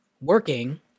working